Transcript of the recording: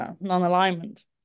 non-alignment